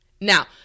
Now